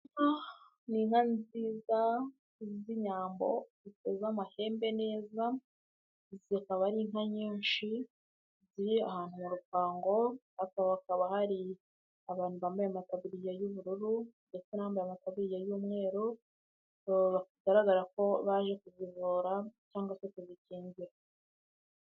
Ni inka nziza z'inyambo ziteze amahembe neza zikaba inka nyinshi ziri ahantu mu rupango aho hakaba hari abantu bambaye amataburiya y'ubururu ndetse n'abambaye amataburiya y'umweru bagaragara ko baje kuzivura cyangwa se kuzikingira.